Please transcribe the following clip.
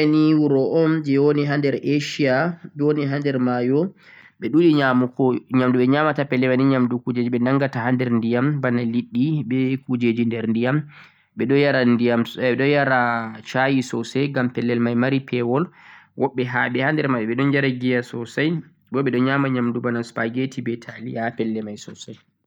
Indonesia ni wuro un je woni ha nder Asia ɗo woni ha nder mayo ɓe ɓuri nyamugo nyamdu ɓe ɓuri nyamugo ni ha pelle mai ni nyamdu ɓe nangata ha nder ndiyam bana liɗɗi, be kujeji nder ndiyam, ɓe ɗon yara ndiyam, ɓe ɗon yara shayi sosai ngam pellel mai mari pewol, woɓɓe ha'ɓ ha nder maɓɓe ni ɓe ɗo yara giya sosai, bo ɓe ɗon nyama nyamdu bana supperggetti be taliya ha pelle mai sosai..